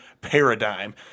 paradigm